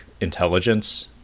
intelligence